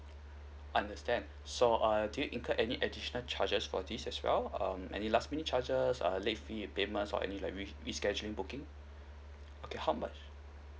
understand so err did you incurred any additional charges for this as well um any last minute charges uh late fee payments or any like re~ rescheduling booking okay how much